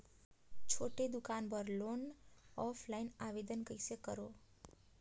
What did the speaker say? छोटे दुकान बर लोन ऑफलाइन आवेदन कइसे करो?